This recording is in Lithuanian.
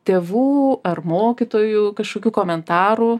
tėvų ar mokytojų kažkokių komentarų